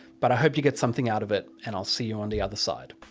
but i hope you get something out of it. and i'll see you on the other side.